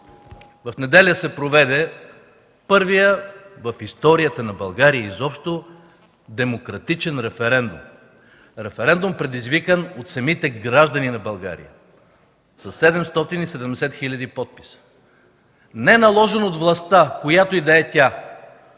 В неделя се проведе първият в историята на България изобщо демократичен референдум, предизвикан от самите граждани на България, със 770 000 подписа. Не наложен от властта, която и да е тя,